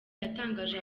yatangaje